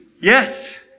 yes